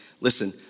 listen